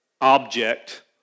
object